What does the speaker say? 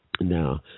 now